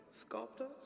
sculptors